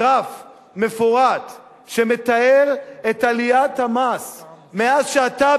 גרף מפורט שמתאר את עליית המס מאז שאתה,